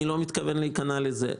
אני לא מתכוון להיכנע לזה.